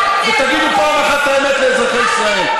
ותגידו פעם אחת את האמת לאזרחי ישראל.